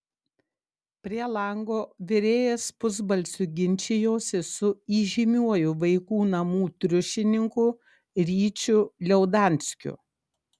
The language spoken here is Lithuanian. prie lango virėjas pusbalsiu ginčijosi su įžymiuoju vaikų namų triušininku ryčiu liaudanskiu